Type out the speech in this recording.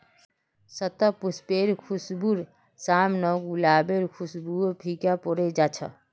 शतपुष्पेर खुशबूर साम न गुलाबेर खुशबूओ फीका पोरे जा छ